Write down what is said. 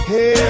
Hey